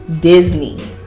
Disney